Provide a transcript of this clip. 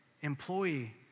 Employee